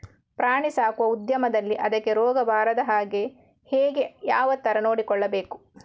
ಪ್ರಾಣಿ ಸಾಕುವ ಉದ್ಯಮದಲ್ಲಿ ಅದಕ್ಕೆ ರೋಗ ಬಾರದ ಹಾಗೆ ಹೇಗೆ ಯಾವ ತರ ನೋಡಿಕೊಳ್ಳಬೇಕು?